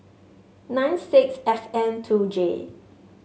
nine six F N two J